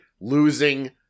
losing